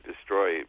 destroy